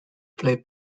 play